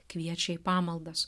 kviečia į pamaldas